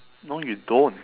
no you don't